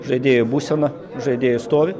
žaidėjų būseną žaidėjų stovį